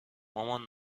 مامان